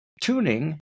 Tuning